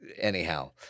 anyhow